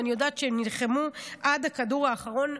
ואני יודעת שהם נלחמו עד הכדור האחרון,